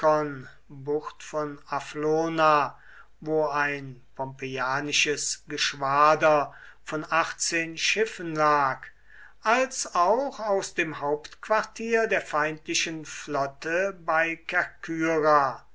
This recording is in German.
wo ein pompeianisches geschwader von achtzehn schiffen lag als auch aus dem hauptquartier der feindlichen flotte bei